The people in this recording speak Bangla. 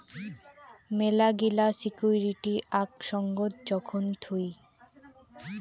মেলাগিলা সিকুইরিটি আক সঙ্গত যখন থুই